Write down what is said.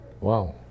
Wow